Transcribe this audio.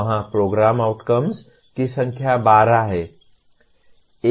वहाँ programme outcomes की संख्या 12 हैं